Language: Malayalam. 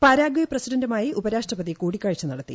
പരാഗ്വെ പ്രസിഡന്റുമായി ഉപരാഷ്ട്രപതി കൂടിക്കാഴ്ച നടത്തി